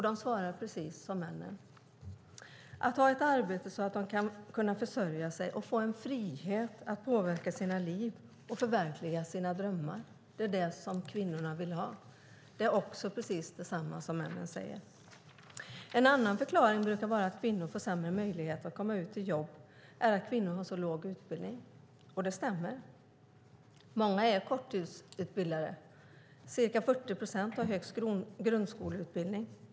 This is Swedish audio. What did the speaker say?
De svarar precis som männen att de vill ha ett arbete för att kunna försörja sig och få en frihet att påverka sina liv och förverkliga sina drömmar. Det är vad både kvinnor och män vill ha. Andra förklaringar till att kvinnor får sämre möjlighet att komma ut i jobb är att kvinnor har låg utbildning. Det stämmer. Många är korttidsutbildade. Ca 40 procent har högst grundskoleutbildning.